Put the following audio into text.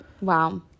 Wow